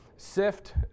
Sift